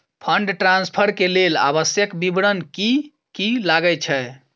Fund transfer केँ लेल आवश्यक विवरण की की लागै छै?